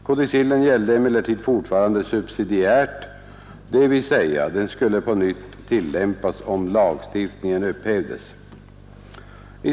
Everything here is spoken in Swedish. Kodicillen gällde emellertid fortfarande subsidiärt, dvs. den skulle på nytt tillämpas, om lagstiftningen upphävdes.